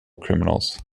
criminals